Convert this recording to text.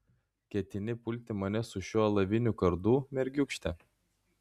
ketini pulti mane su šiuo alaviniu kardu mergiūkšte